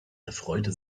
erfreute